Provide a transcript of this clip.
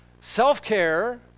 Self-care